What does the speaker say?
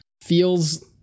feels